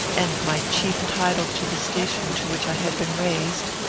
and my chief title to the station to which i had been raised,